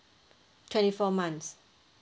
twenty four months